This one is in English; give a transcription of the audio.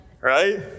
right